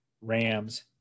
Rams